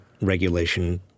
regulation